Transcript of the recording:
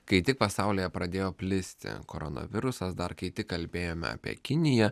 kai tik pasaulyje pradėjo plisti koronavirusas dar kai tik kalbėjome apie kiniją